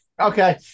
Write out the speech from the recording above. Okay